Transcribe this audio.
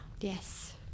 yes